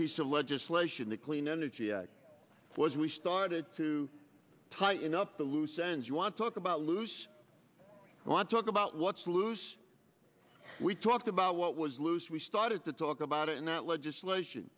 piece of legislation the clean energy act was we started to tighten up the loose ends you want talk about loose on talk about what's loose we talked about what was loose we started to talk about it and that legislation